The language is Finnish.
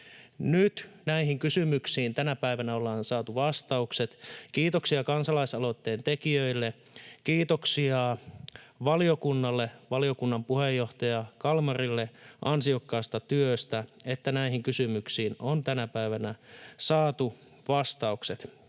Nyt näihin kysymyksiin, tänä päivänä, ollaan saatu vastaukset. Kiitoksia kansalaisaloitteen tekijöille. Kiitoksia valiokunnalle, valiokunnan puheenjohtaja Kalmarille ansiokkaasta työstä, että näihin kysymyksiin on tänä päivänä saatu vastaukset.